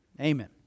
Amen